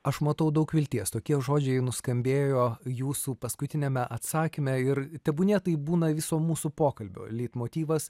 aš matau daug vilties tokie žodžiai nuskambėjo jūsų paskutiniame atsakyme ir tebūnie tai būna visų mūsų pokalbio leitmotyvas